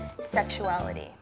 sexuality